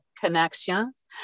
connections